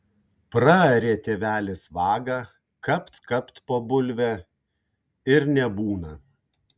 praarė tėvelis vagą kapt kapt po bulvę ir nebūna